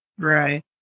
Right